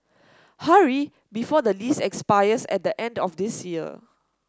hurry before the lease expires at the end of this year